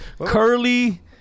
Curly